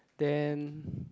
then